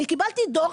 אני קיבלתי דוח,